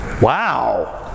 Wow